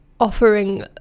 offering